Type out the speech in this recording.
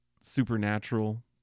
supernatural